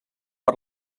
per